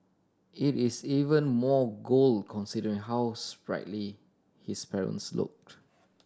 it is even more gold considering how sprightly his parents look